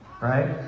right